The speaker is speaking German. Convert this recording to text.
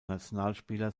nationalspieler